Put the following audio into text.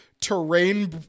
terrain